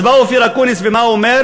אז בא אופיר אקוניס, ומה הוא אומר?